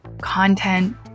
content